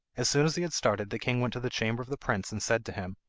as soon as he had started the king went to the chamber of the prince, and said to him,